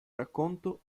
racconto